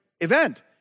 event